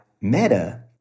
Meta